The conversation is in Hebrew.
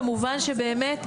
במובן שבאמת,